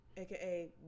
Aka